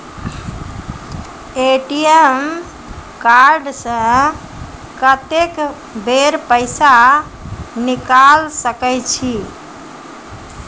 ATM card से कत्तेक बेर पैसा निकाल सके छी?